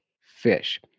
fish